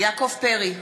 יעקב פרי,